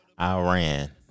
iran